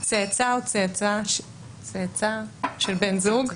צאצא או צאצא של בן זוג,